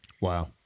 Wow